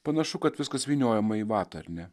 panašu kad viskas vyniojama į vatą ar ne